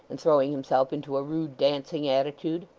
and throwing himself into a rude dancing attitude.